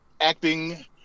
acting